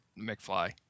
McFly